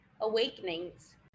awakenings